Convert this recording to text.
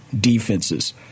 defenses